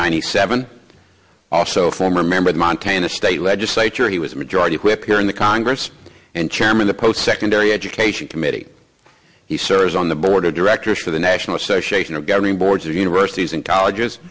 ninety seven also former member of montana state legislature he was majority whip in the congress and chairman the post secondary education committee he serves on the board of directors for the national association of governing boards of universities and colleges